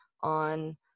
on